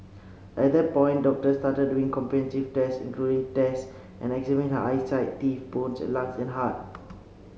at that point doctors started doing comprehensive tests including tests and examine her eyesight teeth bones lungs and heart